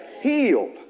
healed